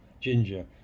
ginger